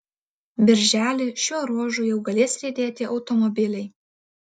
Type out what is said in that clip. birželį šiuo ruožu jau galės riedėti automobiliai